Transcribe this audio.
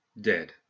Dead